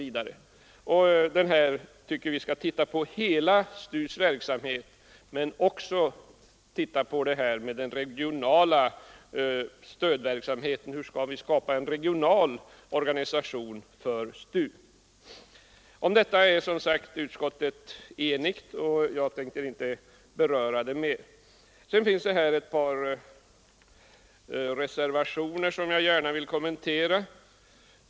Vi anser att den nu aktuella utredningen bör se över hela STU:s verksamhet men också ta ställning till hur man skall kunna skapa en regional organisation för STU. Om detta är som sagt utskottet enigt, och jag tänker inte beröra den frågan mer. I utskottets betänkande finns ett par reservationer, som jag gärna vill kommentera.